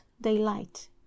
daylight